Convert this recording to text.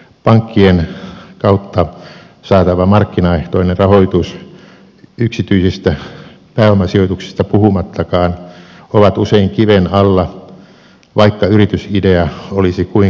pankkien kautta saatava markkinaehtoinen rahoitus yksityisistä pääomasijoituksista puhumattakaan ovat usein kiven alla vaikka yritysidea olisi kuinka hyvä